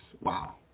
wow